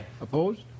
Opposed